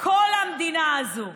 כל המדינה הזו.